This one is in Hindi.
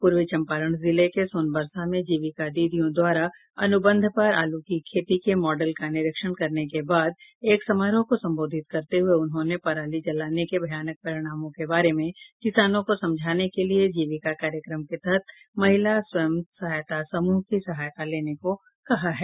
पूर्वी चंपारण जिले के सोनबरसा में जीविका दीदीयों द्वारा अनुबंध पर आलू की खेती के मॉडल का निरीक्षण करने के बाद एक समारोह को संबोधित करते हुये उन्होंने पराली जलाने के भयानक परिणामों के बारे में किसानों को समझाने के लिए जीविका कार्यक्रम के तहत महिला स्वयं सहायता समूह की सहायता लेने को कहा है